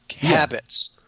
habits